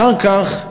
אחר כך,